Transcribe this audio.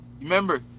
Remember